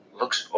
looks